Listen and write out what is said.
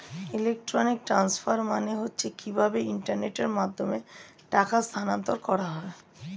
electronic transfer মানে হচ্ছে কিভাবে ইন্টারনেটের মাধ্যমে টাকা স্থানান্তর করা হয়